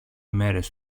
μέρες